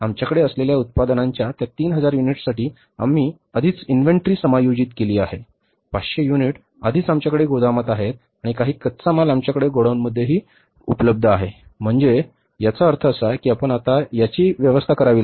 आमच्याकडे असलेल्या उत्पादनांच्या त्या तीन हजार युनिट्ससाठी आम्ही आधीच इन्व्हेंटरी समायोजित केली आहे 500 युनिट आधीच आमच्याकडे गोदामात आहेत आणि काही कच्चा माल आमच्याकडे गो डाऊनमध्येही उपलब्ध आहे म्हणजे याचा अर्थ असा आहे की आपण आता याची व्यवस्था करावी लागेल